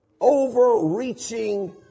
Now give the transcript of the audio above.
overreaching